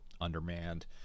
undermanned